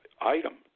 item